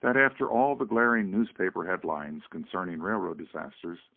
that after all the glaring newspaper headlines concerning railroad disasters,